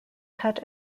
cut